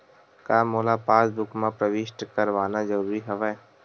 का मोला पासबुक म प्रविष्ट करवाना ज़रूरी हवय?